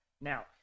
Now